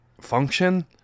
function